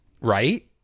Right